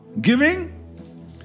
giving